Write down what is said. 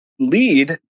lead